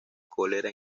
cólera